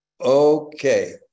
Okay